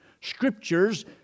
Scriptures